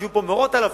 שיהיו פה מאות אלפים,